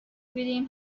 بودیم